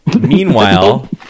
Meanwhile